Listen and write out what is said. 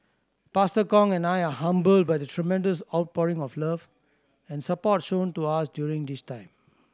Pastor Kong and I are humbled by the tremendous outpouring of love and support shown to us during this time